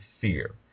fear